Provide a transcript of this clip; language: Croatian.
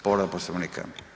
Povreda Poslovnika.